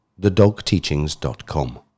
thedogteachings.com